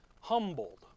Humbled